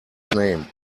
name